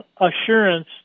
assurance